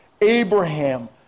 Abraham